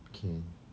okay